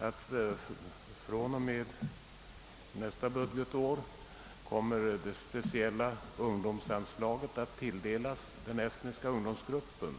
önskar. Från och med nästa budgetår kommer också det speciella ungdomsanslaget att tilldelas den estniska ungdomsgruppen.